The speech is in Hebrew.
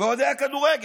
ואוהדי הכדורגל,